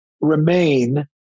remain